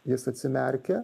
jis atsimerkia